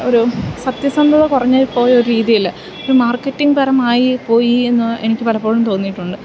ഒരു സത്യസന്ധത കുറഞ്ഞ് പോയൊരു രീതിയിൽ ഒരു മാർക്കറ്റിങ് പരമായി പോയി എന്ന് എനിക്ക് പലപ്പോഴും തോന്നിയിട്ടുണ്ട്